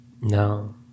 No